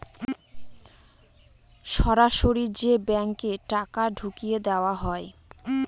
সরাসরি যে ব্যাঙ্কে টাকা ঢুকিয়ে দেওয়া হয়